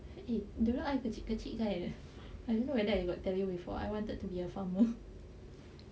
eh dulu I kecil-kecil kan I don't know whether I got tell you before I wanted to be a farmer